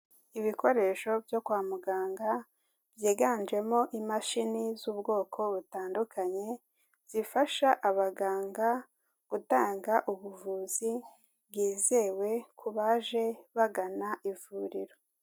Ibikoresho byo kwa muganga, byiganjemo imashini z'ubwoko butandukanye zifasha abaganga gutanga ubuvuzi bwizewe, ku baje bagana ivuriro.